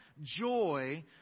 joy